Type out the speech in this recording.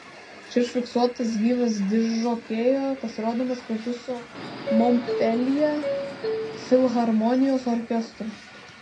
čia užfiksuotas gyvas diskžokėjo pasirodymas kartu su monpeljė filharmonijos orkestru